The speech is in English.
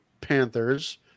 Panthers